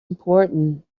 important